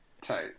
Tight